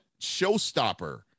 showstopper